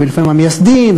ולפעמים המייסדים,